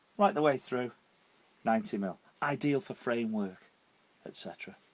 right the way through ninety mm um ideal for framework etc